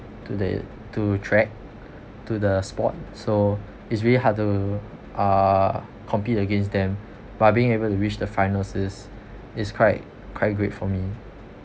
to the to track to the sport so it's really hard to uh compete against them but being able to reach the finals is is quite quite great for me